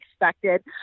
expected